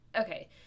okay